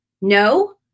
no